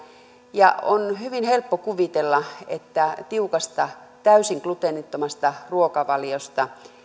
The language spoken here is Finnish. ja on hyvin helppo kuvitella että tiukasta täysin gluteenittomasta ruokavaliosta